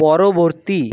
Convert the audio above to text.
পরবর্তী